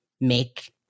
make